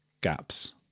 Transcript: gaps